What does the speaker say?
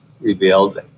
revealed